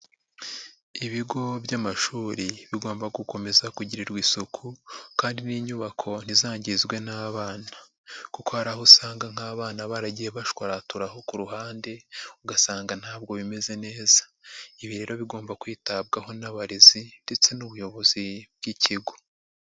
Ibigo by'amashuri bigomba gukomeza kugirirwa isuku kandi n'inyubako ntizangizwe n'abana kuko hari aho usanga nk'abana baragiye bashwaraturaraho ku ruhande, ugasanga ntabwo bimeze neza. Ibi rero bigomba kwitabwaho n'abarezi ndetse n'ubuyobozi bw'ikigo.